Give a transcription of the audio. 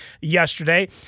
yesterday